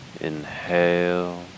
Inhale